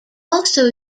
also